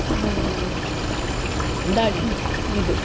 ದಾಳಿಂಬೆ ಇದು